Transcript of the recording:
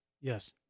Yes